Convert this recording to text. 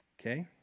okay